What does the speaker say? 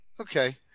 okay